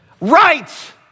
Right